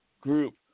group